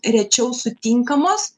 rečiau sutinkamos